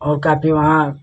और काफ़ी वहाँ